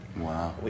Wow